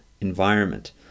environment